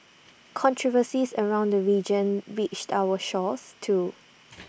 controversies around the religion reached our shores too